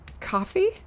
Coffee